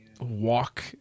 walk